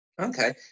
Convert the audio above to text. Okay